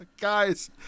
Guys